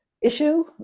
issue